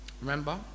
remember